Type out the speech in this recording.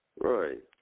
Right